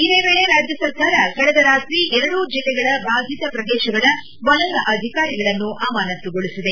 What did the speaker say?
ಇದೇ ವೇಳೆ ರಾಜ್ಯ ಸರ್ಕಾರ ಕಳೆದ ರಾತ್ರಿ ಎರಡೂ ಜಿಲ್ಲೆಗಳ ಬಾಧಿತ ಪ್ರದೇಶಗಳ ವಲಯ ಅಧಿಕಾರಿಗಳನ್ನು ಅಮಾನತುಗೊಳಿಸಿದೆ